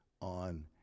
on